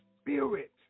spirit